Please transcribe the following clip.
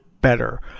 better